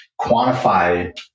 Quantify